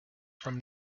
from